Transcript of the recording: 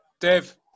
Dave